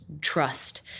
trust